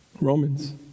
Romans